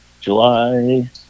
July